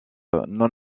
non